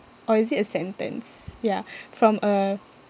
or is it a sentence ya from a